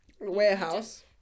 Warehouse